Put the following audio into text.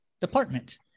department